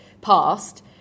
past